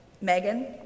Megan